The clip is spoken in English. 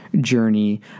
journey